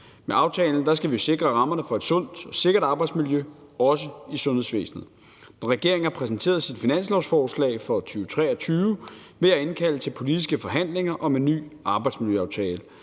Med aftalen skal vi sikre rammerne for et sundt og sikkert arbejdsmiljø, også i sundhedsvæsenet. Når regeringen har præsenteret sit finanslovsforslag for 2023, vil jeg indkalde til politiske forhandlinger om en ny arbejdsmiljøaftale.